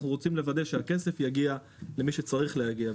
בסוף אנחנו רוצים לוודא שהכסף יגיע למי שצריך להגיע.